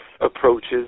approaches